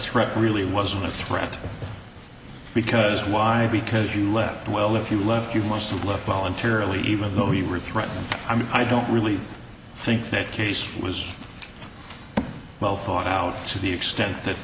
threat really wasn't a threat because why because you left well if you left you must look voluntarily even though you were threatened i mean i don't really think that case was well thought out to the extent that